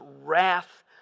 wrath